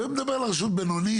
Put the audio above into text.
ואני מדבר על רשות בינונית,